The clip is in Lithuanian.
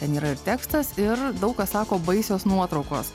ten yra ir tekstas ir daug kas sako baisios nuotraukos